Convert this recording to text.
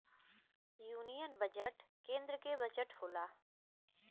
union budget केन्द्र के budget होला